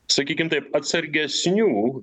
sakykim taip atsargesnių